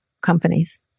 companies